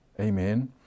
Amen